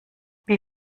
wie